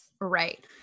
right